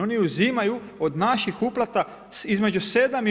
Oni uzimaju od naših uplata između 7 i 8%